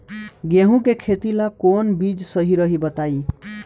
गेहूं के खेती ला कोवन बीज सही रही बताई?